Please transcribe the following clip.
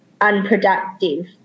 unproductive